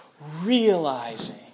realizing